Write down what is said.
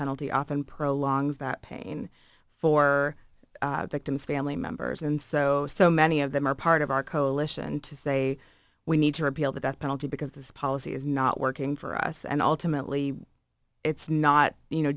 penalty often pro longs that pain for victim's family members and so so many of them are part of our coalition to say we need to repeal the death penalty because this policy is not working for us and ultimately it's not you know